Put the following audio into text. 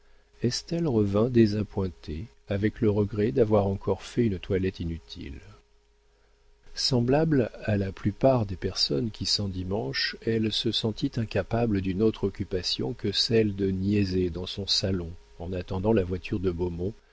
estelle revint désappointée avec le regret d'avoir encore fait une toilette inutile semblable à la plupart des personnes qui s'endimanchent elle se sentit incapable d'une autre occupation que celle de niaiser dans son salon en attendant la voiture de beaumont